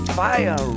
fire